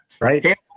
right